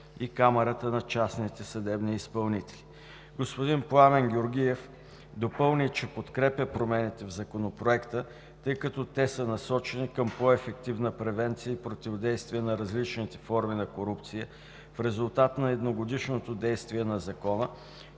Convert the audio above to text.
и Камарата на частните съдебни изпълнители. Господин Пламен Георгиев допълни, че подкрепя промените в Законопроекта, тъй като те са насочени към по-ефективна превенция и противодействие на различните форми на корупция в резултат на едногодишното действие на Закона,